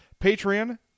Patreon